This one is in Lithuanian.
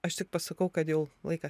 aš tik pasakau kad jau laika